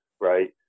right